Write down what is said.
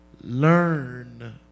learn